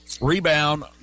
Rebound